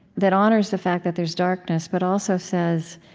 that honors the fact that there's darkness but also says